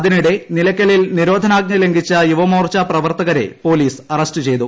അതിനിടെ നിലയ്ക്കലിൽ നിരോധനാജ്ഞ ലംഘിച്ച യുവമോർച്ച പ്രവർത്തകരെ പോലീസ് അറസ്റ്റ് ചെയ്തു